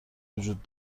وجود